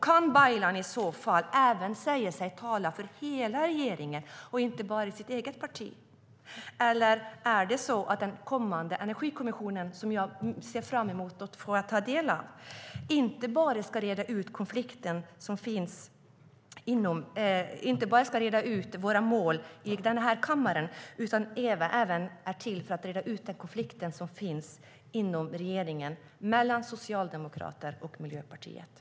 Kan Baylan i så fall säga sig tala för hela regeringen, inte bara för sitt eget parti, eller är det så att den kommande energikommissionen, som jag ser fram emot att få ta del av, inte bara ska reda ut våra mål i den här kammaren utan även reda ut den konflikt som finns inom regeringen, mellan Socialdemokraterna och Miljöpartiet?